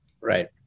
Right